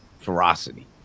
ferocity